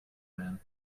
man